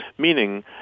meaning